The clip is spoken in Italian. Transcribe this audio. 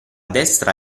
destra